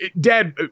Dad